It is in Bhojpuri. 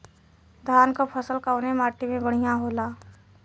धान क फसल कवने माटी में बढ़ियां होला?